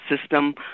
system